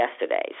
yesterday